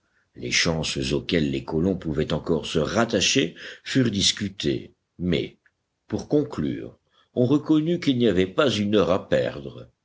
les chances auxquelles les colons pouvaient encore se rattacher furent discutées mais pour conclure on reconnut qu'il n'y avait pas une heure à perdre